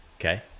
Okay